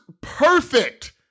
perfect